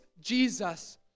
Jesus